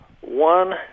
One